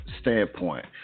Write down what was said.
standpoint